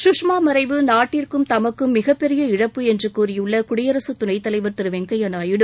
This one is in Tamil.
சுஷ்மா மறைவு நாட்டிற்கும் தமக்கும் மிகப்பெரிய இழப்பு என்று கூறியுள்ள குடியரசு துணைத்தலைவர் திரு வெங்கய்ய நாயுடு